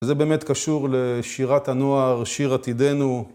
זה באמת קשור לשירת הנוער, שיר עתידנו.